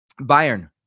Bayern